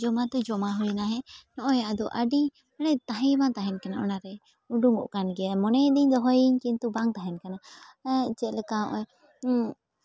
ᱡᱚᱢᱟ ᱛᱮ ᱡᱚᱢᱟ ᱦᱩᱭᱱᱟ ᱦᱮᱸ ᱱᱚᱜᱼᱚᱭ ᱟᱫᱚ ᱟᱹᱰᱤ ᱢᱟᱱᱮ ᱛᱟᱦᱮ ᱵᱟᱝ ᱛᱟᱦᱮᱱ ᱠᱟᱱᱟ ᱚᱱᱟᱨᱮ ᱩᱰᱩᱠᱚᱜ ᱠᱟᱱ ᱜᱮᱭᱟ ᱢᱚᱱᱮᱭᱮᱫᱟᱹᱧ ᱫᱚᱦᱚᱭᱟᱹᱧ ᱠᱤᱱᱛᱩ ᱵᱟᱝ ᱛᱟᱦᱮᱱ ᱠᱟᱱᱟ ᱪᱮᱫ ᱞᱮᱠᱟ ᱱᱚᱜᱼᱚᱭ